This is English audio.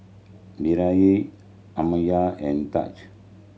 Amiya and Tahj